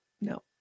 no